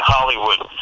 Hollywood